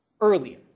earlier